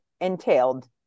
entailed